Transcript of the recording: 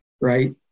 right